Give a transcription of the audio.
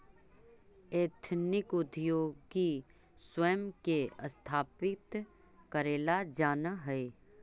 ethnic उद्योगी स्वयं के स्थापित करेला जानऽ हई